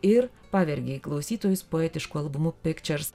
ir pavergei klausytojus poetišku albumu pictures